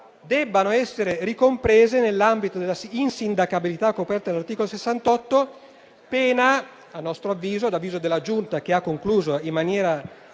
debbano essere ricomprese nell'ambito della insindacabilità coperta dall'articolo 68 della Costituzione, pena - ad avviso della Giunta, che ha concluso in maniera